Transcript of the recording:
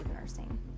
nursing